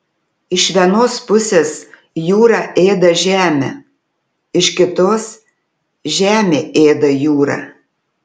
iš vienos pusės jūra ėda žemę iš kitos žemė ėda jūrą